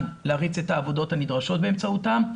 להריץ את העבודות הנדרשות באמצעותם,